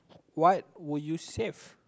what would you save